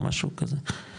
או משהו כזה.